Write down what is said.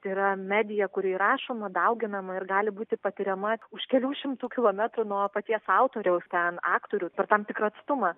tai yra medija kuri įrašoma dauginama ir gali būti patiriama už kelių šimtų kilometrų nuo paties autoriaus ten aktorių per tam tikrą atstumą